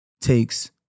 takes